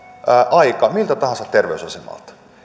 aika miltä tahansa terveysasemalta